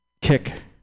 kick